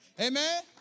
Amen